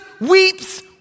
weeps